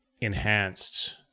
enhanced